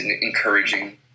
encouraging